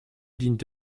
dient